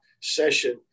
session